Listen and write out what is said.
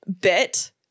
bit